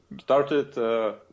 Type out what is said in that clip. started